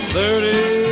Thirty